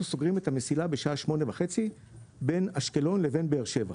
אנחנו סוגרים את המסילה בשעה 20:30 בין אשקלון לבין באר שבע.